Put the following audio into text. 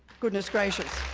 goodness gracious.